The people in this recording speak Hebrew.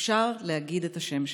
אפשר להגיד את השם שלו,